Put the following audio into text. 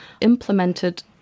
implemented